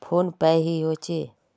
Phone पै की होचे?